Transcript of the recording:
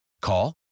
Call